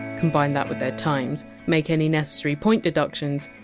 combine that with their times, make any necessary point deductions,